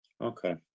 okay